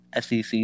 SEC